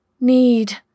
Need